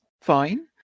fine